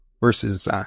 versus